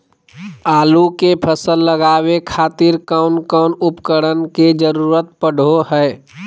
आलू के फसल लगावे खातिर कौन कौन उपकरण के जरूरत पढ़ो हाय?